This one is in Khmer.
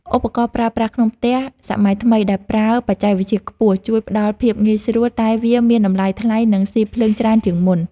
ឧបករណ៍ប្រើប្រាស់ក្នុងផ្ទះសម័យថ្មីដែលប្រើបច្ចេកវិទ្យាខ្ពស់ ជួយផ្ដល់ភាពងាយស្រួលតែវាមានតម្លៃថ្លៃនិងស៊ីភ្លើងច្រើនជាងមុន។